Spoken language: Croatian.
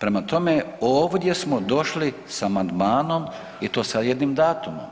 Prema tome, ovdje smo došli s amandmanom i to sa jednim datumom